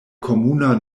komuna